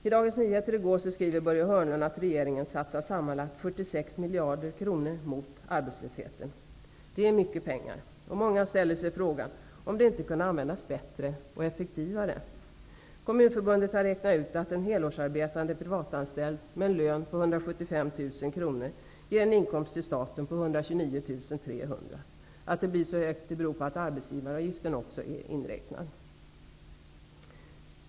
I Dagens Nyheter i går skriver Börje Hörnlund att regeringen satsar sammanlagt 46 miljarder kronor mot arbetslösheten. Det är mycket pengar, och många ställer sig frågan om de inte kunde användas bättre och effektivare. Kommunförbundet har räknat ut att en helårsarbetande privatanställd med en lön på Att det blir så mycket beror på att arbetsgivaravgiften också är inräknad.